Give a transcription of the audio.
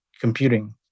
computing